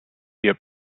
wir